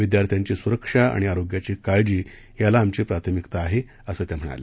विद्यार्थ्यांची सुरक्षा आणि आरोग्याची काळजी याला आमची प्राथमिकता आहे असं त्यांनी सांगितलं